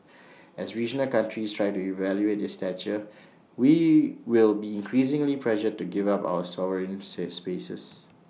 as regional countries try to elevate their stature we will be increasingly pressured to give up our sovereign's spaces